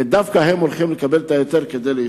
ודווקא הם הולכים לקבל את ההיתר להתרחב.